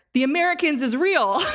the americans is real.